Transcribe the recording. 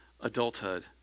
adulthood